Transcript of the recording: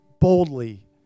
boldly